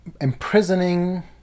imprisoning